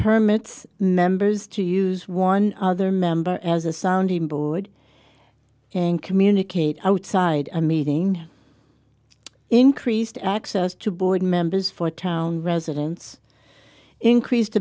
permits members to use one other member as a sounding board and communicate outside a meeting increased access to board members for town residents increased